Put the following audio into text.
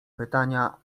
pytania